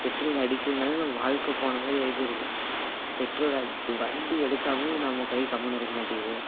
petrol அடிக்கிலனால் நம்ம வாழ்க்கை போன மாதிரி ஆகிப் போய்விடுதே பெட்ரோல் வண்டி எடுக்காமல் நம்ம கை கம்முன்னு இருக்கமாட்டேங்குது